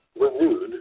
Renewed